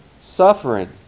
suffering